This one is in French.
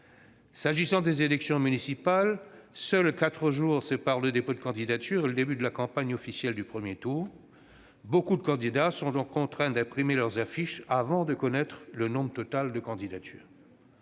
S'agissant des élections municipales, seuls quatre jours séparent le dépôt des candidatures et le début de la campagne officielle du premier tour. Beaucoup de candidats sont donc contraints d'imprimer leurs affiches avant de connaître le nombre total de candidatures.